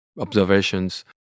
observations